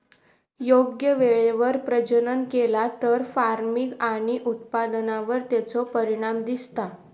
योग्य वेळेवर प्रजनन केला तर फार्मिग आणि उत्पादनावर तेचो परिणाम दिसता